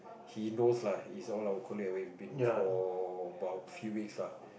he knows lah he all our colleague we have been for about few weeks lah